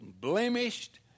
blemished